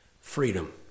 freedom